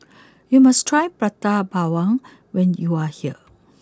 you must try Prata Bawang when you are here